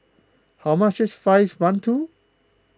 how much is Fried Mantou